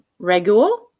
Regul